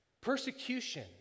Persecution